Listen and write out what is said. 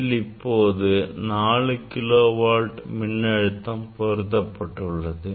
இதில் இப்போது 4 kilo volt மின் அழுத்தம் பொருத்தப்பட்டுள்ளது